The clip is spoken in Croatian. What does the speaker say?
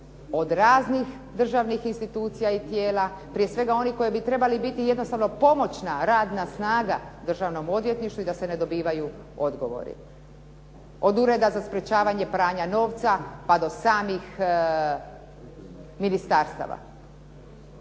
od raznih državnih institucija i tijela, prije svega onih koji bi trebali biti jednostavno pomoćna radna snaga državnom odvjetništvu i da se ne dobivaju odgovori, od Ureda za sprječavanje pranja novca pa do samih ministarstava.